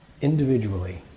individually